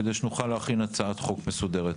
כדי שנוכל להכין הצעת חוק מסודרת.